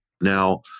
Now